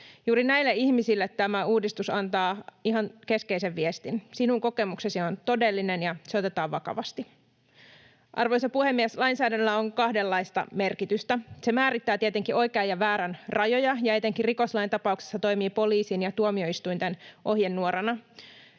Juuri näille ihmisille tämä uudistus antaa ihan keskeisen viestin: sinun kokemuksesi on todellinen, ja se otetaan vakavasti. Arvoisa puhemies! Lainsäädännöllä on kahdenlaista merkitystä. Se määrittää tietenkin oikean ja väärän rajoja ja etenkin rikoslain tapauksessa toimii poliisin ja tuomioistuinten ohjenuorana.